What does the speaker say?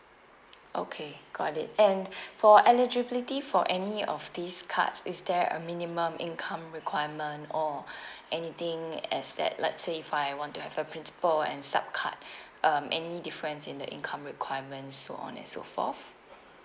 okay got it and for eligibility for any of these cards is there a minimum income requirement or anything as that let's say if I want to have a principal and sup card um any difference in the income requirements so on and so forth